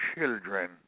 children